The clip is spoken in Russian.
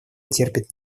терпят